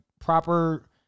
proper